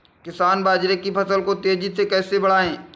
किसान बाजरे की फसल को तेजी से कैसे बढ़ाएँ?